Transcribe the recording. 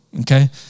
okay